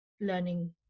learning